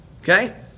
okay